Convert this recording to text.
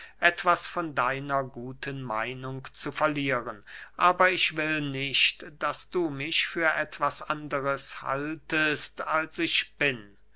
etwas von deiner guten meinung zu verlieren aber ich will nicht daß du mich für etwas anderes haltest als ich bin